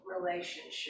relationship